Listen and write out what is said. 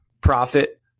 profit